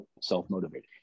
self-motivated